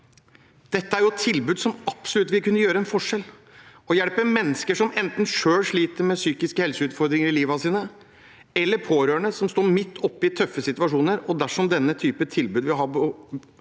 Dette er tilbud som absolutt vil kunne utgjøre en forskjell med å hjelpe mennesker som selv sliter med psykiske helseutfordringer i livet sitt, eller pårørende som står midt oppe i tøffe situasjoner. De som denne typen tilbud er